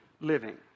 living